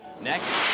next